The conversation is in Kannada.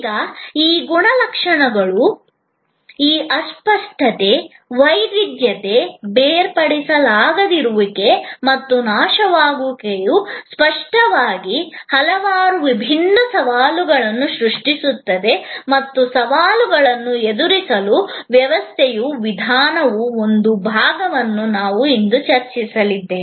ಈಗ ಈ ಗುಣಲಕ್ಷಣಗಳು ಈ ಅಸ್ಪಷ್ಟತೆ ವೈವಿಧ್ಯತೆ ಬೇರ್ಪಡಿಸಲಾಗದಿರುವಿಕೆ ಮತ್ತು ನಾಶವಾಗುವಿಕೆಯು ಸ್ಪಷ್ಟವಾಗಿ ಹಲವಾರು ವಿಭಿನ್ನ ಸವಾಲುಗಳನ್ನು ಸೃಷ್ಟಿಸುತ್ತದೆ ಮತ್ತು ಈ ಸವಾಲುಗಳನ್ನು ಎದುರಿಸಲು ವ್ಯವಸ್ಥೆಯ ವಿಧಾನದ ಒಂದು ಭಾಗವನ್ನು ನಾವು ಇಂದು ಚರ್ಚಿಸಲಿದ್ದೇವೆ